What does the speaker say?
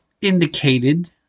indicated